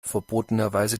verbotenerweise